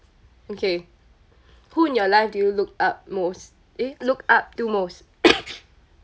okay who in your life do you look up most eh look up to most